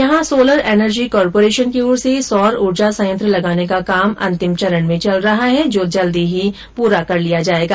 यहां solar energy corporation की ओर से सौर ऊर्जा संयंत्र लगाने का काम अंतिम चरण में चल रहा है जो शीघ्र चालू कर दिया जाएगा